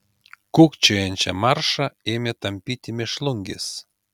kūkčiojančią maršą ėmė tampyti mėšlungis